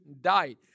died